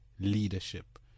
Leadership